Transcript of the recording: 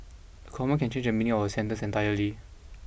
a comma can change the meaning of a sentence entirely